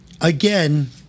again